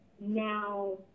now